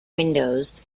windows